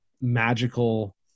magical